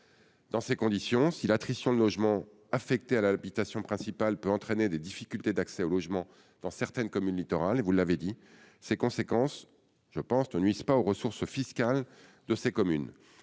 Dans ces conditions, si l'attrition de logements affectés à l'habitation principale peut entraîner des difficultés d'accès au logement dans certaines communes littorales, ses conséquences ne nuisent pas aux ressources fiscales de ces mêmes